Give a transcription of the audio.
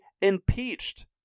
impeached